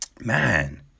man